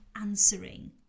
answering